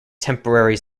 temporary